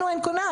לנו אין כונן.